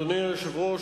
אדוני היושב-ראש,